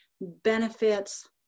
benefits